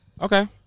Okay